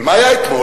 אבל מה היה אתמול?